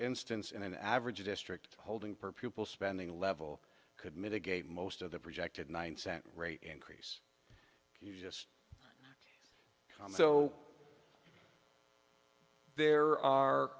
instance in an average district holding per pupil spending level could mitigate most of the projected nine cent rate increase you just calm so there are